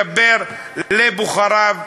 מדבר לבוחריו,